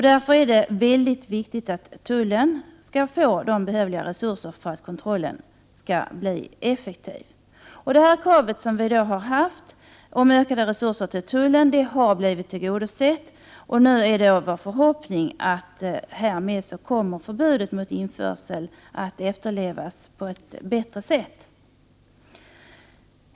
Därför är det väldigt viktigt att tullen får behövliga resurser för att kontrollen skall bli effektiv. Vårt krav om dessa ökade resurser till tullen har blivit tillgodosett, och det är vår förhoppning att förbudet mot införsel därmed kommer att efterlevas på ett bättre sätt.